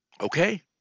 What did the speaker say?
okay